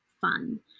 fun